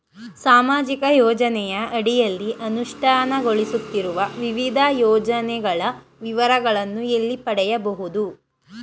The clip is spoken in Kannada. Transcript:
ಸಾಮಾಜಿಕ ಯೋಜನೆಯ ಅಡಿಯಲ್ಲಿ ಅನುಷ್ಠಾನಗೊಳಿಸುತ್ತಿರುವ ವಿವಿಧ ಯೋಜನೆಗಳ ವಿವರಗಳನ್ನು ಎಲ್ಲಿ ಪಡೆಯಬಹುದು?